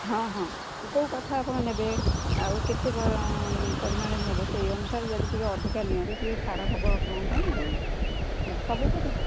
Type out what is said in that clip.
ହଁ ହଁ କେଉଁ କାଠ ଆପଣ ନେବେ ଆଉ କେତେ ପରିମାଣରେ ନେବେ ସେଇ ଅନୁସାରେ ଯଦି ଟିକେ ଅଧିକା ନିଅନ୍ତେ କି ଛାଡ଼ ହବ ଆପଣଙ୍କ ପାଇଁ ଆଉ ସବୁ